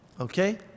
Okay